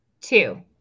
Two